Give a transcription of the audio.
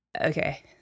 Okay